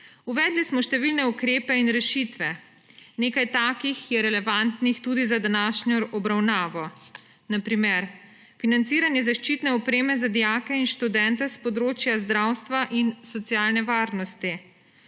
Uvedli smo številne ukrepe in rešitve. Nekaj takih je relevantnih tudi za današnjo obravnavo, na primer: financiranje zaščitne opreme za dijake in študente s področja zdravstva in socialne varnosti,